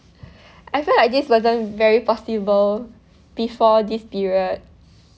I feel like this wasn't very possible before this period